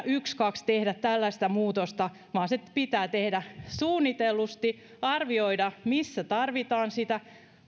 ykskaks tehdä tällaista muutosta vaan se pitää tehdä suunnitellusti arvioida missä tarvitaan sitä